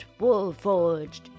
Woolforged